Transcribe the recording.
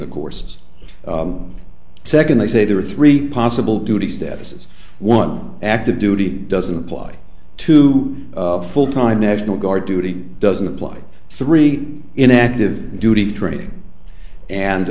the courses second they say there are three possible duties statuses one active duty doesn't apply to full time national guard duty doesn't apply three in active duty training and